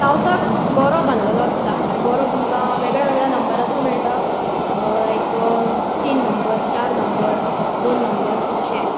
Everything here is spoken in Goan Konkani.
तावंसाक गरो बांदिल्लो आसता गरो तुमकां वेगळ्या नंबराचो मेळटा एक तीन नंबर चार नंबर दोन नंबर अशें